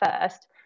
first